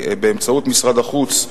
בבקשה, לרשותך שלוש דקות.